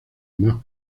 más